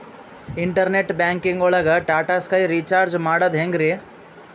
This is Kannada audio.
ಇಂಟರ್ನೆಟ್ ಬ್ಯಾಂಕಿಂಗ್ ಒಳಗ್ ಟಾಟಾ ಸ್ಕೈ ರೀಚಾರ್ಜ್ ಮಾಡದ್ ಹೆಂಗ್ರೀ?